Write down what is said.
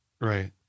Right